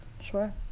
Sure